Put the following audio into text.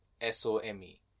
s-o-m-e